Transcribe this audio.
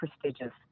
prestigious